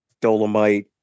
Dolomite